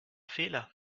fehler